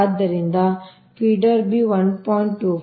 ಆದ್ದರಿಂದ feeder B 1